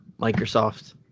Microsoft